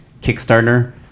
Kickstarter